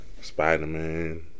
Spider-Man